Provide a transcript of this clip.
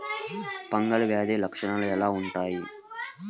Fungal వ్యాధి లక్షనాలు ఎలా వుంటాయి?